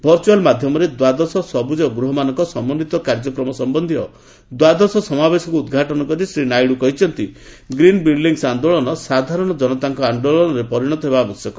virtual ମାଧ୍ୟମରେ ଦ୍ୱାଦଶ ସବୁଜ ଗୃହମାନଙ୍କ ସମନ୍ୱିତ କାର୍ଯ୍ୟକ୍ରମ ସମ୍ବନ୍ଧୀୟ ଦ୍ୱାଦଶ ସମାବେଶକୁ ଉଦ୍ଘାଟନ କରି ଶ୍ରୀ ନାଇଡୁ କହିଛନ୍ତି ଗ୍ରିନ୍ ବିଲ୍ଚିଂସ୍ ଆନ୍ଦୋଳନ ସାଧାରଣ ଜନତାଙ୍କ ଆନ୍ଦୋଳନରେ ପରିଣତ ହେବା ଆବଶ୍ୟକ